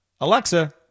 Alexa